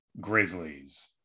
Grizzlies